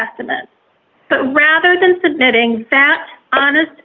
estimate rather than submitting fat honest